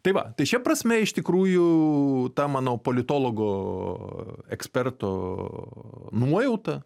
tai va tai šia prasme iš tikrųjų ta manau politologo eksperto nuojauta